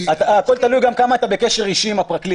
הכול תלוי גם בכמה אתה בקשר אישי עם הפרקליט.